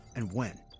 and when.